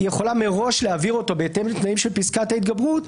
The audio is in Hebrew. היא יכולה מראש להעביר אותו בהתאם לתנאים של פסקת ההתגברות,